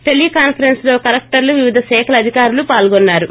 teleconference లో కలెక్టర్లు వివిధ శాఖల అధికారులు పాల్గొన్సారు